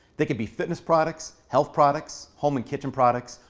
they could be fitness products, health products, home and kitchen products,